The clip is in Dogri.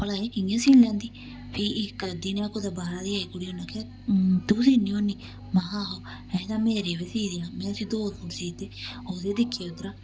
भला एह् इ'यां सी लैंदी फ्ही इक दिन कुदै बाह्रा दी आई कुड़ी उन्नै आखेआ तूं सीन्नी होन्नी महां आहो अहें ते मेरे बी सी देआ में उसी दो फूट सी दित्ते ओह्दे दिक्खियै उद्धरा